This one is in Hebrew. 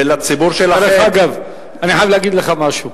ולציבור שלכם, דרך אגב, אני חייב להגיד לך משהו.